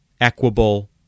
equable